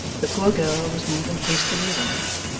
the poor girl was moving hastily away,